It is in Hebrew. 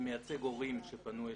אני מייצג הורים שפנו אלי,